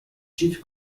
chief